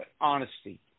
honesty